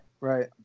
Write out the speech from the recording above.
Right